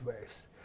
waves